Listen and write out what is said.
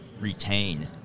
retain